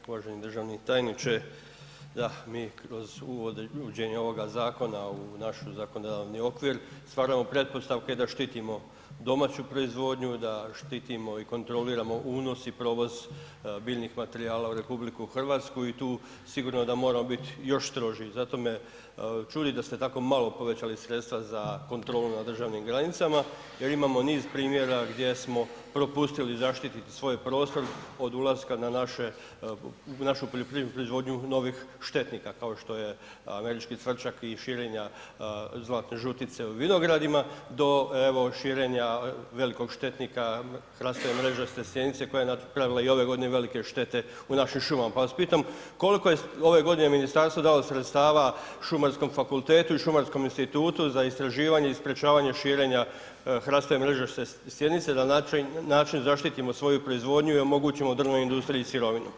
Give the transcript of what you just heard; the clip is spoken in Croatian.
Uvaženi državni tajniče, da mi kroz uvođenje ovoga zakona u naš zakonodavni okvir stvaramo pretpostavke da štitimo domaću proizvodnju, da štitimo i kontroliramo unos i provoz biljnih materijala u RH i tu sigurno da moramo bit još stroži zato me čudi da ste tako malo povećali sredstva za kontrolu na državnim granicama jer imamo niz primjera gdje smo propustili zaštititi svoj prostor od ulaska na naše, našu poljoprivrednu proizvodnju novih štetnika kao što je američki cvrčak i širenja zlatne žutice u vinogradima do evo širenja velikog štetnika hrastove mrežaste stjenice koja je napravila i ove godine velike štete u našim šumama, pa vas pitam koliko je ove godine ministarstvo dalo sredstava šumarskom fakultetu i šumarskom institutu za istraživanje i sprečavanje širenja hrastove mrežaste stjenice na način da zaštitimo svoju proizvodnju i omogućimo drvnoj industriji sirovinu?